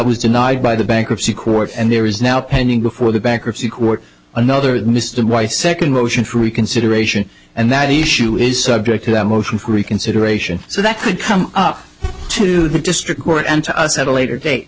was denied by the bankruptcy court and there is now pending before the bankruptcy court another mr y second motion for reconsideration and that issue is subject to that motion for reconsideration so that could come up to the district court and to us at a later date